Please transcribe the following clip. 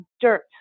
dirt